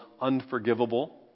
unforgivable